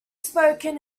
spoken